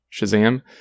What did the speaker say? shazam